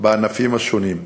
בענפים השונים,